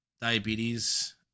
diabetes